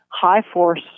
high-force